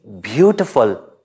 beautiful